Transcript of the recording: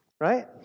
right